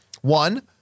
One